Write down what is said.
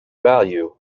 value